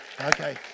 Okay